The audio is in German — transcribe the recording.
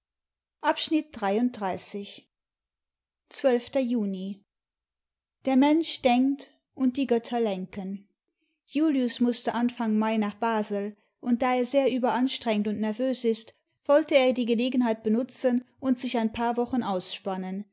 volks-zeitung juni der mensch denkt und die götter lenken julius mußte anfang mai nach basel und da er sehr überanstrengt und nervös ist wollte er die gelegenheit benutzen imd sich ein paar wochen ausspannen